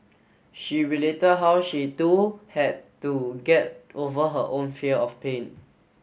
she related how she too had to get over her own fear of pain